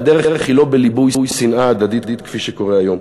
והדרך היא לא בליבוי שנאה הדדית כפי שקורה היום,